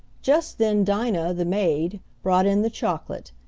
just then dinah, the maid, brought in the chocolate,